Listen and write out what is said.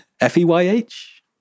F-E-Y-H